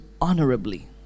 honorably